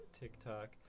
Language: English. tiktok